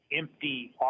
empty